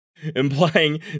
Implying